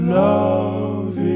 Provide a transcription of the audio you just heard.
love